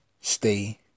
Stay